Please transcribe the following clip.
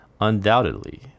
undoubtedly